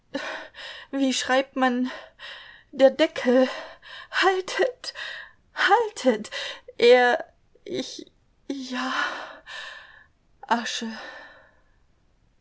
wie schreibt man der deckel haltet haltet er ich ja asche